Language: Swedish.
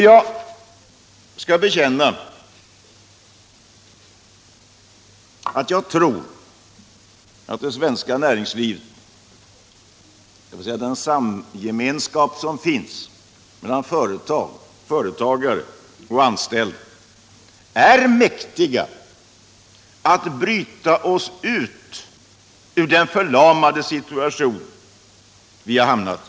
Jag vill bekänna att jag tror att vi med det svenska näringslivet och den gemenskap som där finns mellan företag, företagare och anställda är mäktiga att bryta oss ut ur den förlamade situation vi hamnat i.